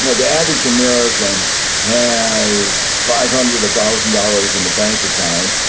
you know the average american has five hundred thousand dollars in the bank account.